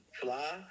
fly